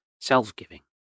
self-giving